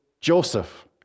Joseph